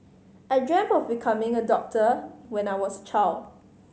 I dreamt of becoming a doctor when I was child